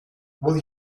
will